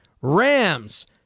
Rams